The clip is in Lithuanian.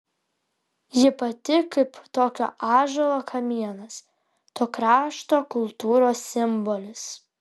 ji pati kaip tokio ąžuolo kamienas to krašto kultūros simbolis